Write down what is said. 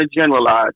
generalize